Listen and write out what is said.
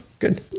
Good